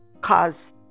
cause